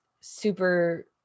super